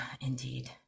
indeed